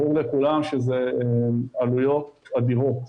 ברור לכולם שזה עלויות אדירות.